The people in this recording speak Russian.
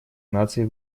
наций